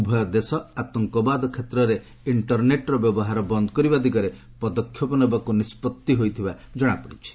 ଉଭୟ ଦେଶ ଆତଙ୍କବାଦ କ୍ଷେତ୍ରରେ ଇଷ୍ଟରନେଟ୍ର ବ୍ୟବହାର ବନ୍ କରିବା ଦିଗରେ ପଦକ୍ଷେପ ନେବାକୁ ନିଷ୍ପଭି ହୋଇଥିବା ଜଣାପଡ଼ିଛି